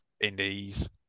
Indies